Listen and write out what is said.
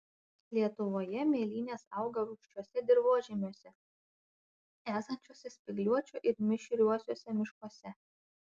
lietuvoje mėlynės auga rūgščiuose dirvožemiuose esančiuose spygliuočių ir mišriuosiuose miškuose